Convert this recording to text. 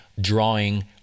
drawing